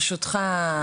ברשותך,